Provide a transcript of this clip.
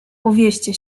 powieście